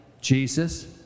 Jesus